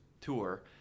tour